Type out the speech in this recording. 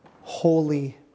holy